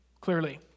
clearly